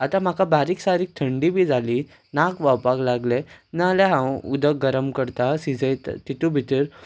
आतां म्हाका बारीक सारीक थंडी बी जाली नाक व्हांवपाक लागलें ना जाल्यार हांव उदक गरम करता तितूंत भितर